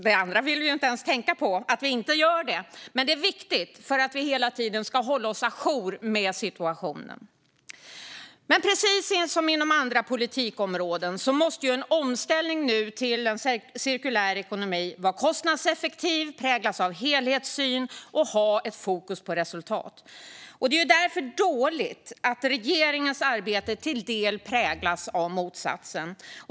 Det andra vill vi inte ens tänka på; att vi inte gör det. Detta är viktigt för att vi hela tiden ska hålla oss ajour med situationen. Men precis som inom andra politikområden måste en omställning till cirkulär ekonomi vara kostnadseffektiv, präglas av helhetssyn och ha ett fokus på resultat. Det är därför dåligt att regeringens arbete till del präglas av motsatsen.